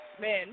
men